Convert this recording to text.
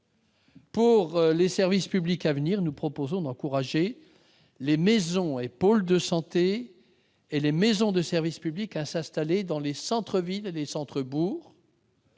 Pour les services publics à venir, nous proposons d'encourager les maisons et les pôles de santé ainsi que les maisons de service public à s'installer dans les centres-villes et les centres-bourgs.